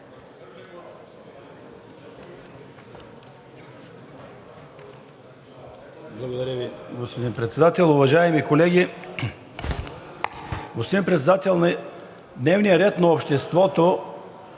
Благодаря Ви, господин Председател. Уважаеми колеги, господин Председател, дневният ред на обществото